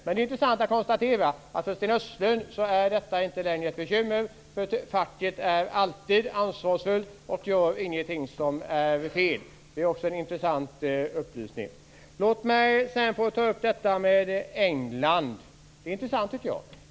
Man kan konstatera att detta för Sten Östlund inte längre är ett bekymmer - facket är alltid ansvarsfullt och gör aldrig något fel. Det är en intressant upplysning. Låt mig dessutom ta upp förhållandena i England, som också är intressanta.